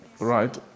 Right